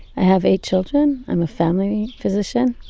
i have eight children. i'm a family physician.